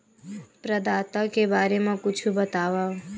प्रदाता के बारे मा कुछु बतावव?